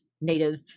native